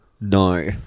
No